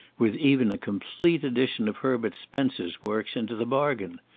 with even a complete edition of herbert spencer's works into the bargain.